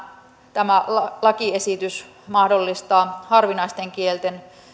tämä lakiesitys mahdollistaa harvinaisten kielten